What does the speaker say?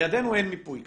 בידינו אין מיפוי כזה.